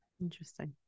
interesting